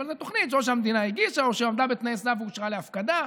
זו תוכנית שאו שהמדינה הגישה או שהיא עמדה בתנאי סף ואושרה להפקדה.